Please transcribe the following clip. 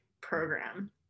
program